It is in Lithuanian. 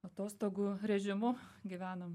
atostogų režimu gyvenam